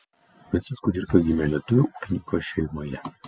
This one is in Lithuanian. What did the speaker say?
vincas kudirka gimė lietuvio ūkininko šeimoje